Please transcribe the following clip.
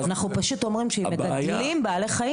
אנחנו פשוט אומרים שאם מגדלים בעלי חיים